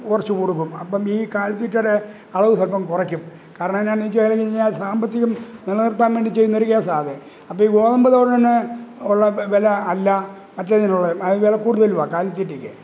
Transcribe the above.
കുറച്ച് കൊടുക്കും അപ്പോള് ഈ കാലിത്തീറ്റയുടെ അളവ് സ്വൽപ്പം കുറയ്ക്കും കാരണം എന്നാന്ന് വച്ചുകഴിഞ്ഞാൽ സാമ്പത്തികം നിലനിര്ത്താൻവേണ്ടി ചെയ്യുന്നൊരു കേസാണ് ഇത് അപ്പോള് ഈ ഗോതമ്പ് തവിട് തന്നെ ഉള്ളെ വില അല്ല മറ്റേതിനുള്ളത് ആ വില കൂടുതല് വാ കാലിത്തീറ്റയ്ക്ക്